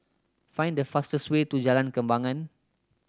find the fastest way to Jalan Kembangan